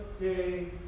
day